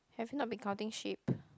have you not been counting sheep